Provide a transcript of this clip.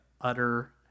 utter